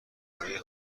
کره